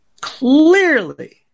clearly